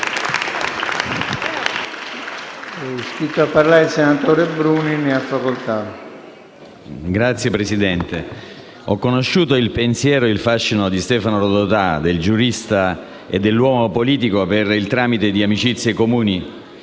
Signor Presidente, ho conosciuto il pensiero e il fascino di Stefano Rodotà, del giurista e dell'uomo politico, per il tramite di amicizie comuni